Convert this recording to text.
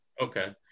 Okay